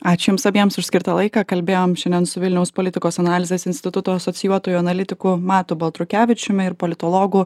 ačiū jums abiems už skirtą laiką kalbėjom šiandien su vilniaus politikos analizės instituto asocijuotuoju analitiku matu baltrukevičiumi ir politologu